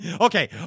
Okay